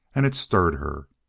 and it stirred her.